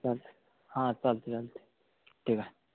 चालत आहे हां चालत आहे चालते ठीक आहे